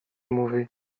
mówi